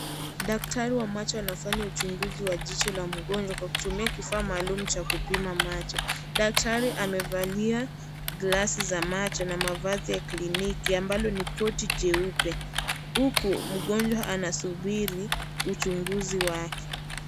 Daktari wa macho anafanya uchunguzi wa jicho la mgonjwa kwa kutumia kifa maalum cha kupima macho. Daktari amevalia glasi ya macho na mavazi ya kliniki ambalo ni koti jeupe. Huku mgonjwa anasubiri uchunguzi wake.